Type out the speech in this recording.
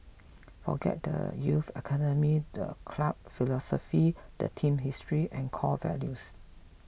forget the youth academy the club philosophy the team's history and core values